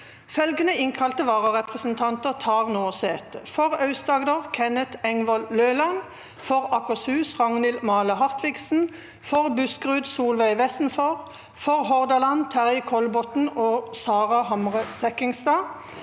Følgende innkalte vararepresentanter tar nå sete: For Aust-Agder: Kenneth Engvoll Løland For Akershus: Ragnhild Male Hartviksen For Buskerud: Solveig Vestenfor For Hordaland: Terje Kollbotn og Sara Hamre Sek- kingstad